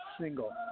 single